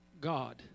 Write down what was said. God